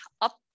up